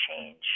change